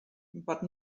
but